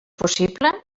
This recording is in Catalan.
possible